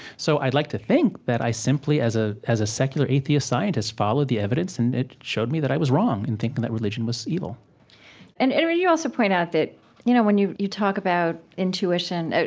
so i'd like to think that i simply, as ah as a secular atheist scientist, followed the evidence, and it showed me that i was wrong in thinking that religion was evil and and you also point out that you know when you you talk about intuition,